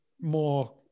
more